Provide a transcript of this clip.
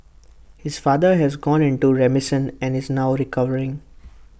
his father has gone into remission and is now recovering